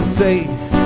safe